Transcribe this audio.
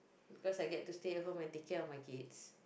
because I get to stay at home and take care of my kids